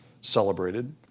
celebrated